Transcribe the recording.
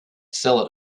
sell